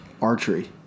archery